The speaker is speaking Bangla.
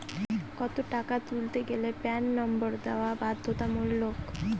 কত টাকা তুলতে গেলে প্যান নম্বর দেওয়া বাধ্যতামূলক?